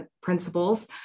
principles